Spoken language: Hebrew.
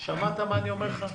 שמעת מה אני אומר לך.